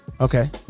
Okay